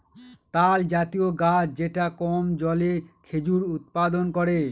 তালজাতীয় গাছ যেটা কম জলে খেজুর উৎপাদন করে